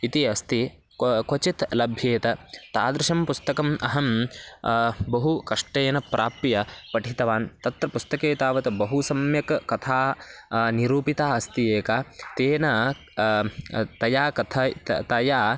इति अस्ति क्व क्वचित् लभ्येत तादृशं पुस्तकम् अहं बहु कष्टेन प्राप्य पठितवान् तत्र पुस्तके तावत् बहु सम्यक् कथा निरूपिता अस्ति एका तेन तया कथया तया तया